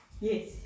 Yes